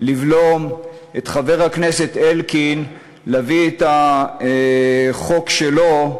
לבלום את חבר הכנסת אלקין מלהביא את החוק שלו,